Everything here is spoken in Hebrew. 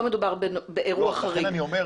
לא מדובר באירוע חריג.